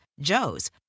Joe's